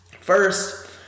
First